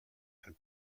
and